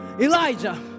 Elijah